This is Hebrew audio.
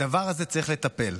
בדבר הזה צריך לטפל.